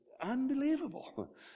unbelievable